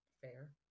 fair